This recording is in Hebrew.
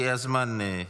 כי הזמן הסתיים.